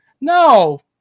No